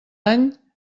any